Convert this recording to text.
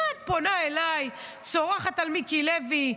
מה את פונה אליי, צורחת על מיקי לוי?